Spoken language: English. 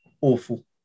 awful